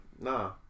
nah